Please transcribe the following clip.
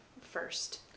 first